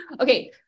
Okay